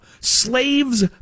slaves